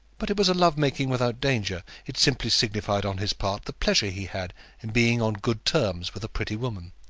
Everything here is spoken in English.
but it was a love-making without danger. it simply signified on his part the pleasure he had in being on good terms with a pretty woman.